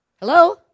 Hello